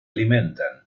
alimentan